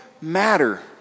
matter